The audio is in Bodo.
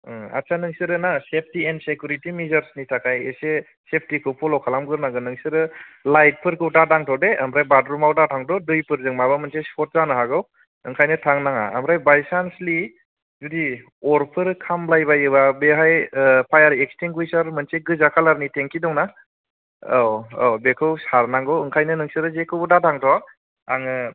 आत्सा नोंसोरो ना सेफ्टि एन्ड सेकिउरिटि मिजार्स नि थाखाय एसे सेफ्टि खौ फल्ल' खालामगोरनांगोन नोंसोरो लाइटफोरखौ दादांथ' दे ओमफ्राय बाथरुमाव दाथांथ' दैफोरजों माबा मोनसे सर्त जानो हागौ ओंखायनो थांनो नाङा ओमफाय बाइचान्जलि जुदि अरफोर खामबायबायोबा बेहाय फायार एक्सटिंगुइशार मोनसे गोजा खालारनि टेंकि दंना औ औ बेखौ सारनांगौ ओंखायनो नोंसोरो जेखौबो दादांथ' आङो